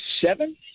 seven